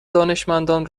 دانشمندان